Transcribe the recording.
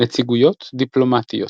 נציגויות דיפלומטיות